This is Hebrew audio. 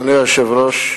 אדוני היושב-ראש,